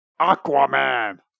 Aquaman